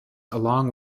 along